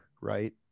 right